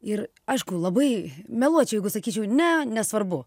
ir aišku labai meluočiau jeigu sakyčiau ne nesvarbu